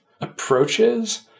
approaches